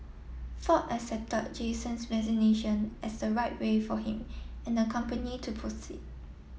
ford accepted Jason's resignation as the right way for him and the company to proceed